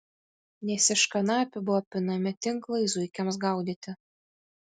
nes iš kanapių buvo pinami tinklai zuikiams gaudyti